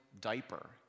diaper